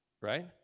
Right